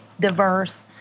diverse